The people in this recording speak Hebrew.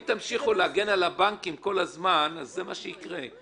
אם תמשיכו להגן על הבנקים כל הזמן, זה מה שיקרה.